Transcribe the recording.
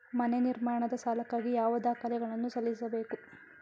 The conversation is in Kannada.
ಮನೆ ನಿರ್ಮಾಣದ ಸಾಲಕ್ಕಾಗಿ ಯಾವ ದಾಖಲೆಗಳನ್ನು ಸಲ್ಲಿಸಬೇಕು?